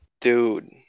dude